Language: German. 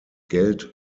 geld